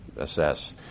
assess